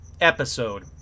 episode